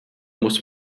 muss